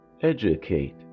educate